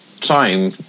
time